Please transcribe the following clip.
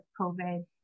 COVID